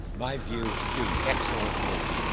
my view, do excellent work,